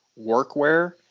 Workwear